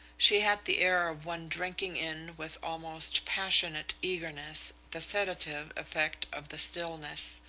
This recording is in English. she had the air of one drinking in with almost passionate eagerness the sedative effect of the stillness,